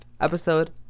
episode